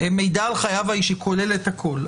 מידע על חייו האישיים כולל הכול.